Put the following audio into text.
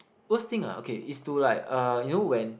worst thing ah okay is to like uh you know when